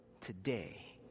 today